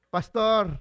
Pastor